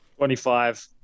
25